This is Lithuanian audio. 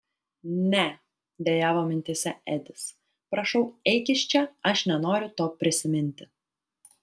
ne dejavo mintyse edis prašau eik iš čia aš nenoriu to prisiminti